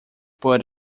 but